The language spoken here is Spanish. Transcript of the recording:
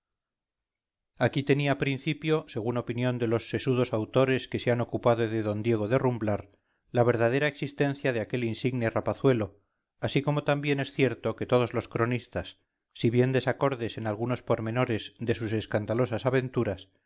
aquí tenía principio según opinión de los sesudos autores que se han ocupado de d diego de rumblar la verdadera existencia de aquel insigne rapazuelo así como también es cierto que todos los cronistas si bien desacordes en algunos pormenores de sus escandalosas aventuras